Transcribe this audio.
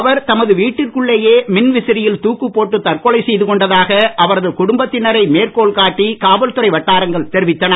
அவர் தமது வீட்டிற்குள்ளேயே மின்விசிறியில் தூக்குபோட்டு தற்கொலை செய்து கொண்டதாக அவரது குடும்பத்தினரை மேற்கோள் காட்டி காவல்துறை வட்டாரங்கள் தெரிவித்தன